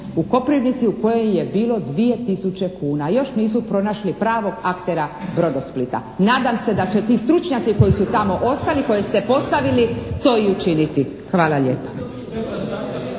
u Koprivnici u kojoj je bilo 2 tisuće kuna. Još nisu pronašli pravog aktera "Brodosplita". Nadam se da će ti stručnjaci koji su tamo ostali, koje ste postavili to i učiniti. Hvala lijepa.